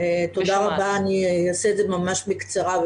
תודה רבה, אני אעשה את זה ממש בקצרה.